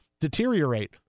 deteriorate